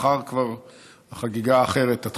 מחר כבר תתחיל חגיגה אחרת.